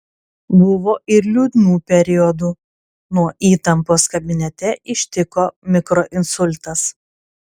buvo ir liūdnų periodų nuo įtampos kabinete ištiko mikroinsultas